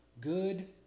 good